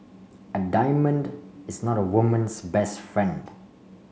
a diamond is not a woman's best friend